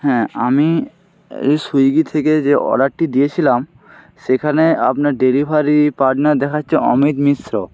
হ্যাঁ আমি এই সুইগি থেকে যে অর্ডারটি দিয়েছিলাম সেখানে আপনার ডেলিভারি পার্টনার দেখাচ্ছে অমিত মিশ্র